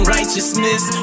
Righteousness